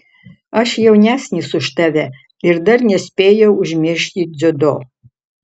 aš jaunesnis už tave ir dar nespėjau užmiršti dziudo